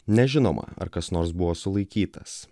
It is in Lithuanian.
nežinoma ar kas nors buvo sulaikytas